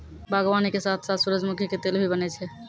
बागवानी के साथॅ साथॅ सूरजमुखी के तेल भी बनै छै